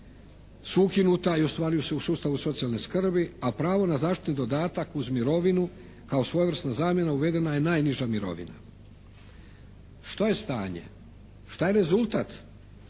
su ukinuta i ustvari su u sustavu socijalne skrbi a pravo na zaštitu i dodatak uz mirovinu kao svojevrsna zamjena uvedena je najniža mirovina. Što je stanje? Šta je rezultat?